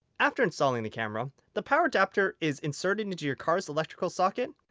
after installing the camera, the power adapter is inserted into your car's electrical socket.